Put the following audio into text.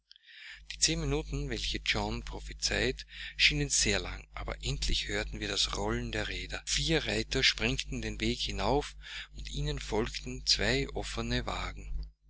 die zehn minuten welche john prophezeit schienen sehr lang aber endlich hörten wir das rollen der räder vier reiter sprengten den weg hinauf und ihnen folgten zwei offene wagen